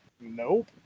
Nope